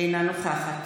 אינה נוכחת